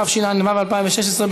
התשע"ו 2016,